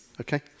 okay